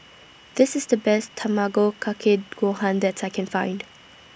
This IS The Best Tamago Kake Gohan that I Can Find